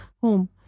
home